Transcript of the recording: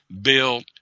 built